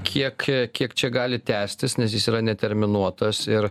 kiek kiek čia gali tęstis nes jis yra neterminuotas ir